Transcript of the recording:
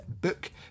book